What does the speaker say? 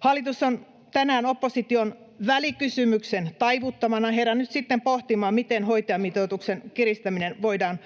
Hallitus on tänään opposition välikysymyksen taivuttamana herännyt sitten pohtimaan, miten hoitajamitoituksen kiristäminen voidaan